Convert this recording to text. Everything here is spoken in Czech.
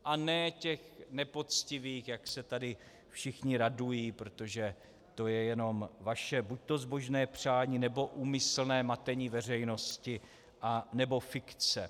A ne těch nepoctivých, jak se tady všichni radují, protože to je jenom vaše buďto zbožné přání, nebo úmyslné matení veřejnosti, anebo fikce.